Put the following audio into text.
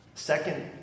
Second